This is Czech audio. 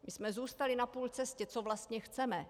My jsme zůstali na půl cesty, co vlastně chceme.